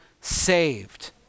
saved